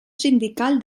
sindical